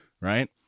Right